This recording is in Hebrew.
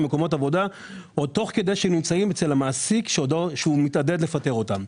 מקומות עבודה תוך כדי שהם נמצאים אצל המעסיק שמתעתד לפטר אותם.